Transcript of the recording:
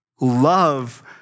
love